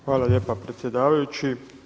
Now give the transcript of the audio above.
Hvala lijepa predsjedavajući.